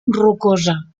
rocosa